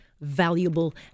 valuable